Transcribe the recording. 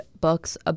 books